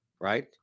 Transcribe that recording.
right